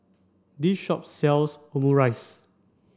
this shop sells Omurice